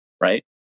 Right